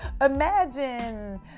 Imagine